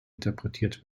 interpretiert